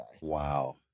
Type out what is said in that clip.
Wow